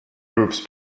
groups